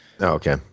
Okay